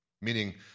meaning